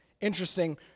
interesting